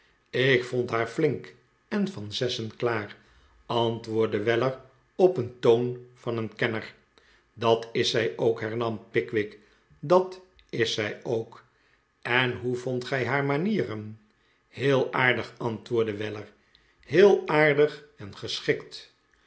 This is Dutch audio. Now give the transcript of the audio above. ik vond haar flink en van zessen klaar antwoordde weller op den toon van een kennef dat is zij ook hernam pickwick dat is zij ook en hoe vondt gij haar manieren heel aardig antwoordde weller heel aardig en geschikt